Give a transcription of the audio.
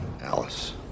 Alice